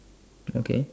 okay